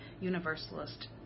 Universalist